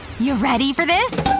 you ready for this?